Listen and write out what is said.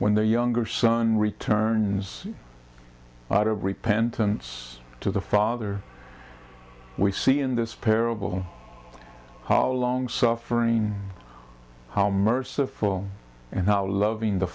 when the younger son returns to repentance to the father we see in this parable how long suffering how merciful and how loving the